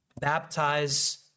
baptize